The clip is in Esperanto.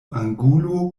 angulo